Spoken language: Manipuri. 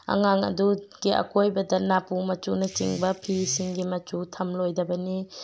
ꯑꯉꯥꯡ ꯑꯗꯨꯒꯤ ꯑꯀꯣꯏꯕꯗ ꯅꯥꯄꯨ ꯃꯆꯨꯅꯆꯤꯡꯕ ꯐꯤꯁꯤꯡꯒꯤ ꯃꯆꯨ ꯊꯝꯂꯣꯏꯗꯕꯅꯤ